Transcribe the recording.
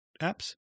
apps